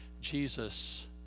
Jesus